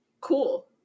cool